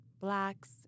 blacks